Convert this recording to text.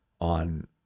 on